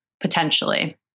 potentially